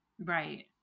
right